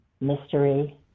mystery